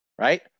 right